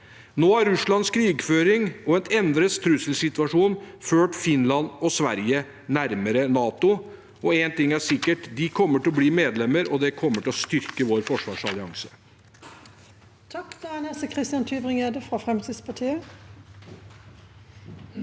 Nå har Russlands krigføring og en endret trusselsituasjon ført Finland og Sverige nærmere NATO. En ting er sikkert: De kommer til å bli medlemmer, og det kommer til å styrke vår forsvarsallianse.